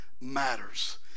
matters